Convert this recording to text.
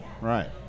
Right